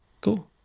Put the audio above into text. cool